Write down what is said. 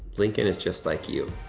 lincoln is just like you.